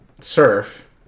surf